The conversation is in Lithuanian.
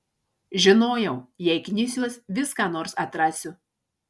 žinojau jei knisiuos vis ką nors atrasiu